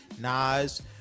Nas